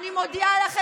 אני אומרת,